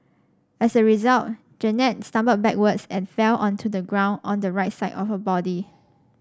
as a result Jeannette stumbled backwards and fell onto the ground on the right side of her body